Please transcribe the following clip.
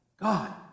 God